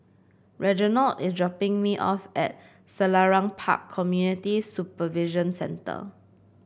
Reginald is dropping me off at Selarang Park Community Supervision Centre